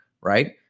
right